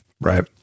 Right